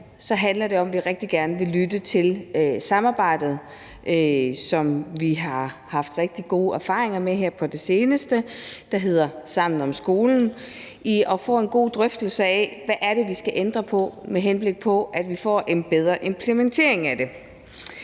handler det om, at vi rigtig gerne vil lytte til det samarbejde, der hedder Sammen om Skolen, som vi har haft rigtig gode erfaringer med her på det seneste, og få en rigtig god drøftelse af, hvad det er, vi skal ændre på, med henblik på at vi får en bedre implementering af det.